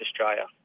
Australia